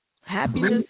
Happiness